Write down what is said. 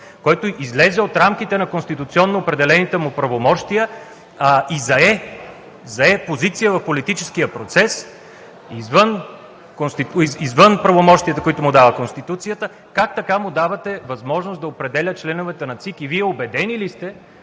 който излезе от рамките на конституционно определените му правомощия и зае позиция в политическия процес извън правомощията, които му дава Конституцията. Как така му давате възможност да определя членовете на ЦИК и Вие убедени ли сте,